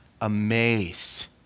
amazed